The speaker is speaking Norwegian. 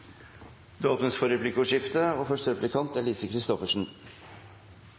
Det åpnes for replikkordskifte.